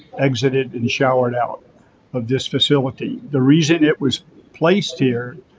exited and the showered out of this facility. the reason it was placed here